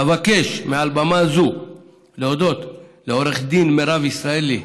אבקש מעל במה זו להודות לעו"ד מירב ישראלי,